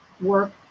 work